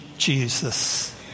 Jesus